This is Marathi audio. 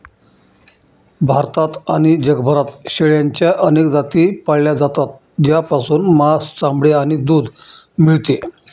भारतात आणि जगभरात शेळ्यांच्या अनेक जाती पाळल्या जातात, ज्यापासून मांस, चामडे आणि दूध मिळते